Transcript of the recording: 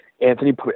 Anthony